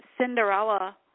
Cinderella